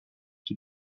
qui